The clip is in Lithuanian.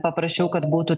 paprašiau kad būtų